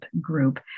group